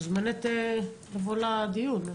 את מוזמנת לבוא לדיון.